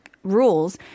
Rules